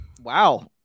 Wow